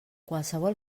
qualsevol